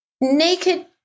naked